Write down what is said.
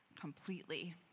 completely